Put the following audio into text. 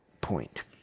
point